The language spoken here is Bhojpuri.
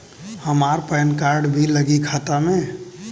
हमार पेन कार्ड भी लगी खाता में?